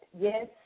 yes